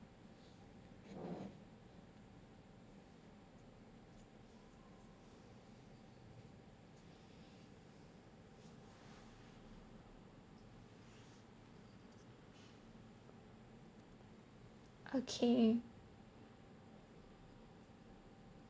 okay